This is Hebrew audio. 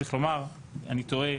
צריך לומר, אני טועה.